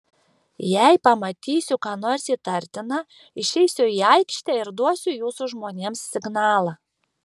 jei pamatysiu ką nors įtartina išeisiu į aikštę ir duosiu jūsų žmonėms signalą